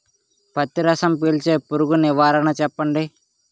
పత్తి రసం పీల్చే పురుగు నివారణ చెప్పండి?